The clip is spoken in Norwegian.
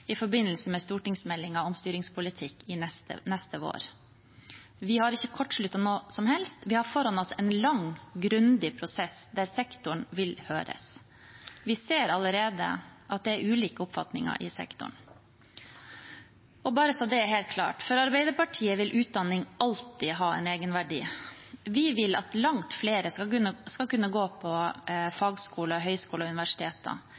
i forbindelse med stortingsmeldingen om styringspolitikk neste vår. Vi har ikke kortsluttet noe som helst. Vi har foran oss en lang, grundig prosess der sektoren vil høres. Vi ser allerede at det er ulike oppfatninger i sektoren. Bare så det er helt klart: For Arbeiderpartiet vil utdanning alltid ha en egenverdi. Vi vil at langt flere skal kunne gå på